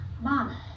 Mom